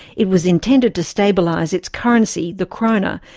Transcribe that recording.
it was intended to stabilise its currency, the kronur,